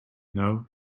know